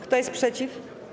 Kto jest przeciw?